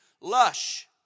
lush